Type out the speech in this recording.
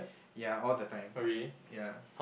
ya all the time ya